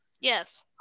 Yes